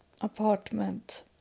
apartment